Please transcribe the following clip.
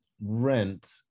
rent